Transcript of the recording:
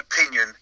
opinion